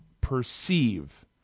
perceive